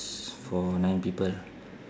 for nine people